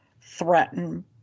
threaten